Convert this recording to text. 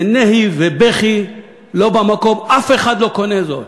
זה נהי ובכי לא במקום, אף אחד לא קונה זאת.